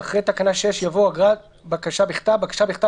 אחרי תקנה 6 יבוא: אגרת בקשה בכתב בבקשה בכתב